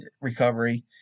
recovery